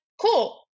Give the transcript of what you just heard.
cool